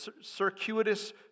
circuitous